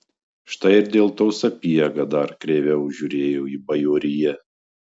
štai ir dėl to sapiega dar kreiviau žiūrėjo į bajoriją